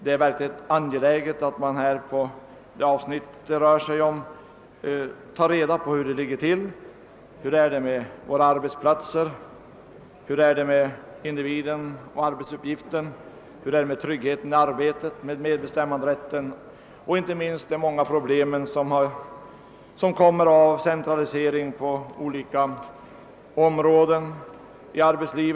Det är angeläget att man på det avsnitt det rör sig om verkligen tar reda på hur det ligger till, hur det är med våra arbetsplatser, hur det är med individen och arbetsuppgiften, hur det är med tryggheten i arbetet, med medbestämmanderätten och inte minst med de många problem om centralisering på olika områden som kommer att uppstå i arbetslivet.